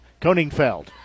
Koningfeld